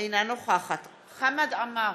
אינה נוכחת חמד עמאר,